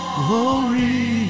glory